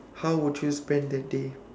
how would you spend the day